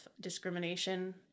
discrimination